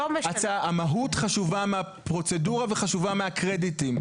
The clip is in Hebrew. המהות חשובה מהפרוצדורה וחשובה מהקרדיטים.